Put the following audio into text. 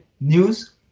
news